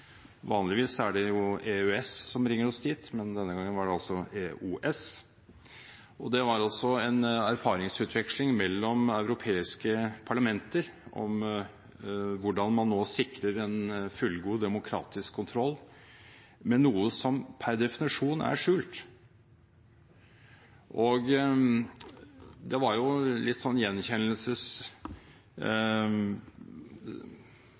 Vanligvis er det jo EØS som bringer oss dit, men denne gangen var det altså EOS. Det var en erfaringsutveksling mellom europeiske parlamenter om hvordan man nå sikrer en fullgod demokratisk kontroll med noe som per definisjon er skjult. Vi gjenkjente hverandres arbeidsbetingelser og bestrebelser på å bringe tjenestene under demokratisk kontroll, men det var